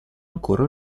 ancora